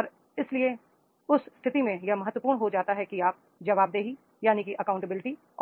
और इसलिए उस स्थिति में यह बहुत महत्वपूर्ण हो जाता है कि आप जवाबदेही